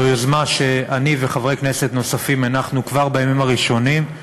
זאת יוזמה שאני וחברי כנסת נוספים הנחנו כבר בימים הראשונים.